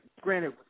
granted